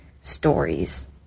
stories